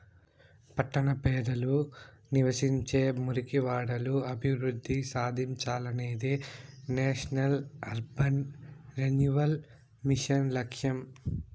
పట్టణ పేదలు నివసించే మురికివాడలు అభివృద్ధి సాధించాలనేదే నేషనల్ అర్బన్ రెన్యువల్ మిషన్ లక్ష్యం